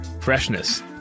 freshness